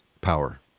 power